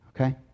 Okay